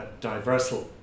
diversal